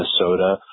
Minnesota